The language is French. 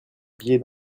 billet